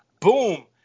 Boom